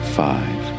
five